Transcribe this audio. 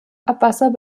abwasser